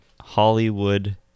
Hollywood